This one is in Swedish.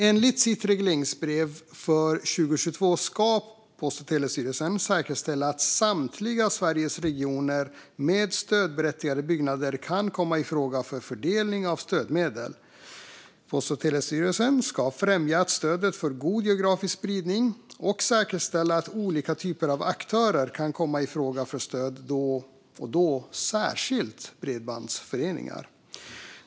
Enligt sitt regleringsbrev för 2022 ska PTS säkerställa att Sveriges samtliga regioner med stödberättigade byggnader kan komma i fråga för fördelning av stödmedel. PTS ska främja att stödet får god geografisk spridning och säkerställa att olika typer av aktörer kan komma i fråga för stöd och då särskilt bredbandsföreningar.